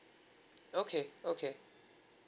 okay okay